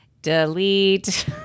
Delete